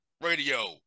radio